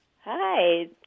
Hi